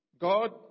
God